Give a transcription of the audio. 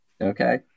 Okay